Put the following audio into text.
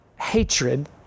hatred